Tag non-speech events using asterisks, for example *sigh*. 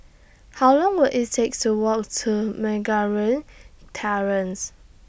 How Long Will IT Take to Walk to *unintelligible* Terrace